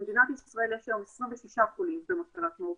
במדינת ישראל יש היום 26 חולים במחלת מורקיו,